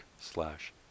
slash